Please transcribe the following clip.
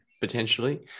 potentially